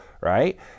right